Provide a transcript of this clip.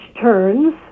turns